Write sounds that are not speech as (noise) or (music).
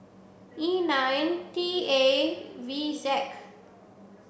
E nine T A V (unintelligible)